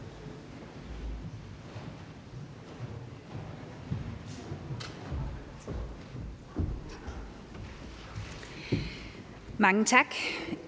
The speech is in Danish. Mange tak.